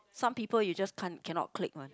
someone you just can't cannot click one